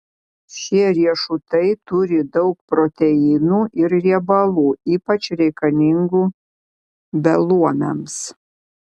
šie riešutai turi daug proteinų ir riebalų ypač reikalingų beluomiams